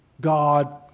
God